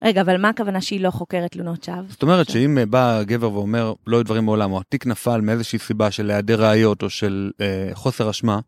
רגע, אבל מה הכוונה שהיא לא חוקרת תלונות שווא? זאת אומרת שאם בא גבר ואומר לא היו דברים מעולם, או התיק נפל מאיזושהי סיבה של העדר ראיות או של חוסר אשמה...